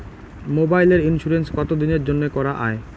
মোবাইলের ইন্সুরেন্স কতো দিনের জন্যে করা য়ায়?